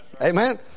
Amen